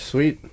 Sweet